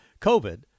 COVID